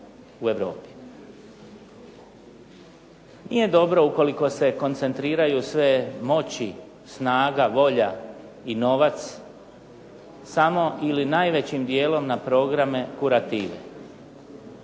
Nije dobro ukoliko se koncentriraju sve moći, snaga, volja i novac samo ili najvećim dijelom na programe kurative.